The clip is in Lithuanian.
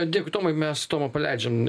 dėkui tomai mes tomą paleidžiam